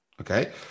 okay